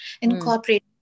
incorporate